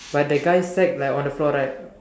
but the guy sack like on the floor right